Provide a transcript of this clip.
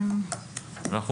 איילת.